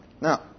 Now